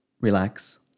Relax